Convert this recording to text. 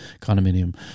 condominium